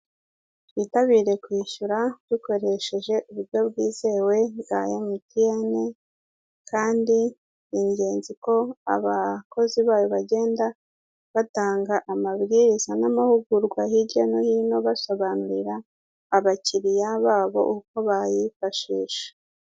Twitabire kwishyura dukoresheje uburyo bwizewe bwa emutiyene, kandi tubhgezwa uko abakozi bagenda batanga amabwiriza n'amahugurwa hirya no hino basobanurira abakiriya babo uko bayifashisha.